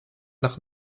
nach